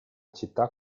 città